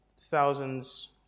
thousands